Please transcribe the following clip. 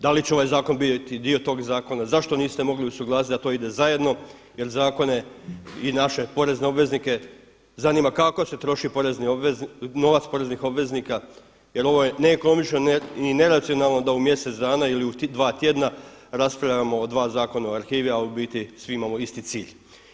Da li će ovaj zakon biti dio tog zakona, zašto niste mogli usuglasiti da to ide zajedno jer zakone i naše porezne obveznike zanima kako se troši novac poreznih obveznika jer ovo je neekonomično i neracionalno da u mjesec dana ili u 2 tjedna raspravljamo o dva Zakona o arhivi a u biti svi imamo isti cilj.